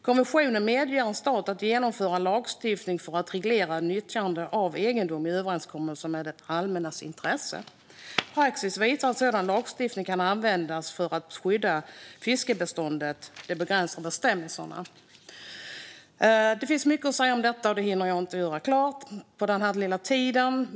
Konventionen medger en stat att genomföra lagstiftning för att reglera nyttjande av egendom i överensstämmelse med det allmännas intresse. Praxis visar att sådan lagstiftning kan användas för att skydda fiskbeståndet genom begränsande bestämmelser. Det finns mycket att säga om detta. Jag hinner inte säga allt på den här korta tiden.